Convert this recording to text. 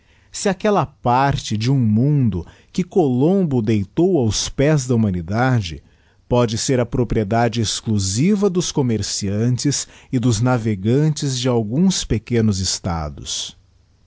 se aquella parte de um mundo que colombo deitou aos pés da humanidade pôde ser a propriedade exclusiva dos commereiantes e dos navegantes de alguns pequenos estados